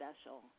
special